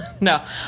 no